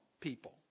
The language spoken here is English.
people